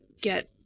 get